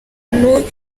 umuntu